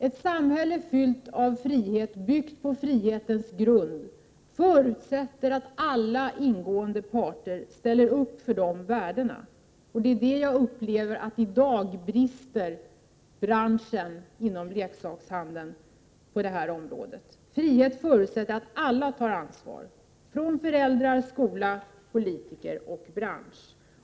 Ett samhälle fyllt av frihet, byggt på frihetens grund, förutsätter att alla ingående parter ställer upp för dessa värden, och jag upplever att det i dag brister inom branschen — leksakshandeln — på det här området. Frihet förutsätter att alla tar ansvar — föräldrar, skola, politiker och bransch.